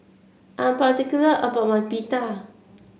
I am particular about my Pita